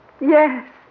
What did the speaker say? Yes